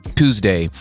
tuesday